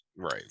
Right